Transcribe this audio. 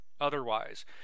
otherwise